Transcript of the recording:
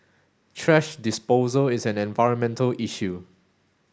thrash disposal is an environmental issue